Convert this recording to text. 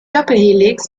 doppelhelix